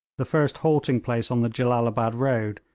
the first halting-place on the jellalabad road,